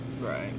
Right